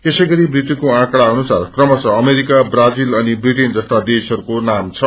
यसैगरी मृत्युको आकड़ा अनुसार क्रमश अमेरिका ब्राजिल अनि ब्रिटेन जस्ता देशहरूको नाम छ